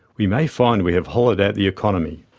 we may find we have hollowed out the economy.